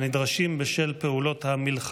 הנדרשים בשל פעולות האיבה